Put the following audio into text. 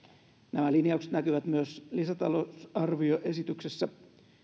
nämä linjaukset näkyvät myös lisätalousarvioesityksessä